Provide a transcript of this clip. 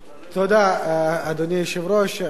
אדוני היושב-ראש, ראשית,